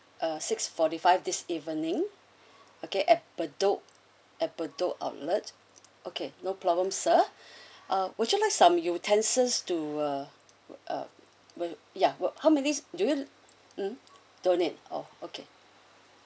uh six forty five this evening okay at bedok at bedok outlet okay no problem sir uh would you like some utensils to uh uh will ya how many do you don't need oh okay